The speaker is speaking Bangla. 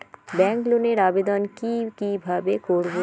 ব্যাংক লোনের আবেদন কি কিভাবে করব?